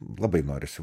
labai norisi